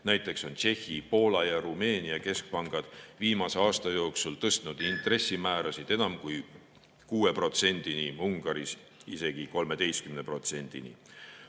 Näiteks on Tšehhi, Poola ja Rumeenia keskpangad viimase aasta jooksul tõstnud intressimäärasid enam kui 6%‑ni, Ungaris isegi 13%‑ni.